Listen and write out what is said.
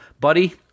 buddy